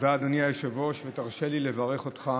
היושב-ראש, ותרשה לי לברך אותך